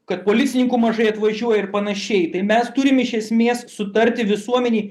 kad policininkų mažai atvažiuoja ir panašiai tai mes turim iš esmės sutarti visuomenėj